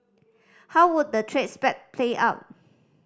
how would the trade spat play out